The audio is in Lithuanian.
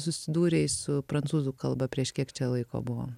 susidūrei su prancūzų kalba prieš kiek čia laiko buvo